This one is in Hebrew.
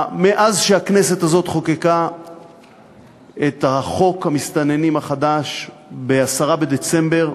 מאז חוקקה הכנסת הזאת את חוק המסתננים החדש ב-10בדצמבר,